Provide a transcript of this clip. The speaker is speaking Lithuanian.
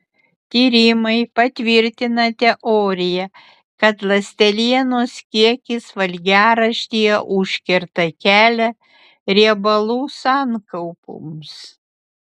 tyrimai patvirtina teoriją kad ląstelienos kiekis valgiaraštyje užkerta kelią riebalų sankaupoms